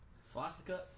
Swastika